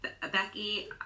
Becky